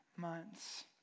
months